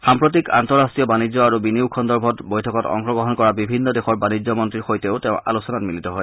সাম্প্ৰতিক আন্তঃৰট্টীয় বানিজ্য আৰু বিনিয়োগ সম্পৰ্কত বৈঠকত অংশগ্ৰহণ কৰা বিভিন্ন দেশৰ বানিজ্য মন্ত্ৰী সৈতেও তেওঁ আলোচনাত মিলিত হয়